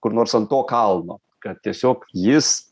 kur nors ant to kalno kad tiesiog jis